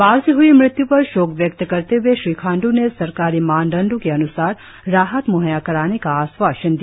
बाढ़ से ह्ई मृत्यु पर शोक व्यक्त करते हए श्री खाण्ड् ने सरकारी मानदंडो के अन्सार राहत म्हैया कराने का आश्वासन दिया